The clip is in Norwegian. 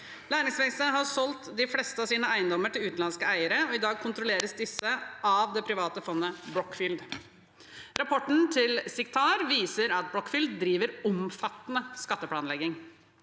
Læringsverkstedet har solgt de fleste av sine eiendommer til utenlandske eiere. I dag kontrolleres de av det private fondet Brookfield. Rapporten til CICTAR viser at Brookfield driver omfattende skatteplanlegging.